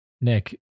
Nick